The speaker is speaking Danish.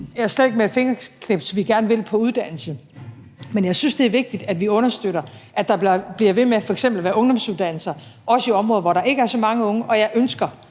vi med et fingerknips kan gøre alt, hvad vi gerne vil, på uddannelsesområdet, men jeg synes, det er vigtigt, at vi understøtter, at der f.eks. bliver ved med at være ungdomsuddannelser, også i områder, hvor der ikke er så mange unge, og jeg og